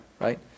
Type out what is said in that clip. Right